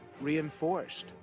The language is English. reinforced